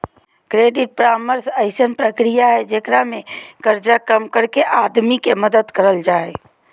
credit परामर्श अइसन प्रक्रिया हइ जेकरा में कर्जा कम करके आदमी के मदद करल जा हइ